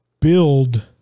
build